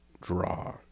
draw